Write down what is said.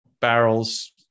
barrels